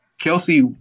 Kelsey